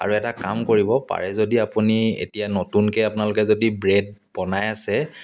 আৰু এটা কাম কৰিব পাৰে যদি আপুনি এতিয়া নতুনকৈ আপোনালোকে যদি ব্ৰেড বনাই আছে